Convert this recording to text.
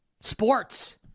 Sports